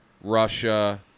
Russia